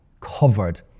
covered